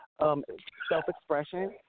self-expression